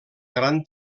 gran